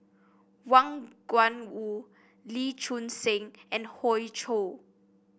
Wang Gungwu Lee Choon Seng and Hoey Choo